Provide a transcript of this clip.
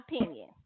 opinion